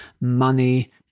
money